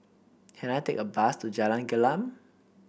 can I take a bus to Jalan Gelam